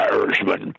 Irishman